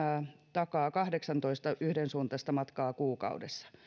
takaa kahdeksantoista yhdensuuntaista matkaa kuukaudessa